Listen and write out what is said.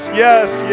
yes